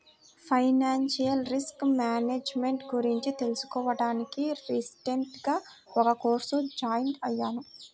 financial risk management గురించి తెలుసుకోడానికి recent గా ఒక కోర్సులో జాయిన్ అయ్యాను